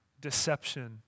deception